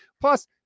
Plus